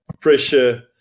pressure